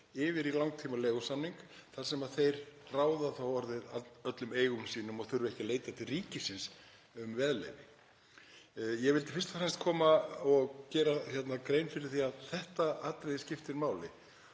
yfir í langtímaleigusamning þar sem þeir ráða þá orðið öllum eigum sínum og þurfa ekki að leita til ríkisins um veðleyfi. Ég vildi fyrst og fremst koma og gera grein fyrir því að þetta atriði skiptir máli